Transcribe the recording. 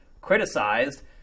criticized